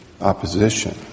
opposition